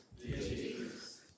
Jesus